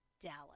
Dallas